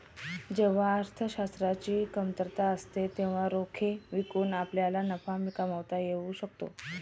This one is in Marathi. जेव्हा अर्थशास्त्राची कमतरता असते तेव्हा रोखे विकून आपल्याला नफा कमावता येऊ शकतो